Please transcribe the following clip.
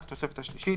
את התוספת השלישית,